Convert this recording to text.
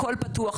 הכל פתוח,